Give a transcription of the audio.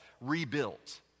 rebuilt